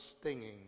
stinging